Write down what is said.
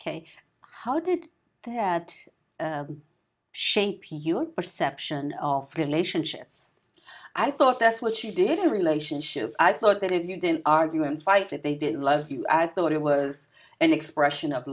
ok how did they had to shape your perception of relationships i thought that's what you did in relationships i thought that if you didn't argue and fight it they didn't love you i thought it was an expression of